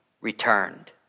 returned